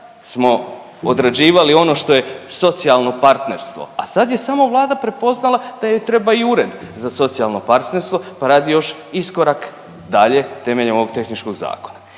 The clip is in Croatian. smo odrađivali ono što je socijalno partnerstvo, a sad je samo Vlada prepoznala da joj treba i ured za socijalno partnerstvo pa radi još iskorak dalje temeljem ovog tehničkog zakona.